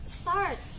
start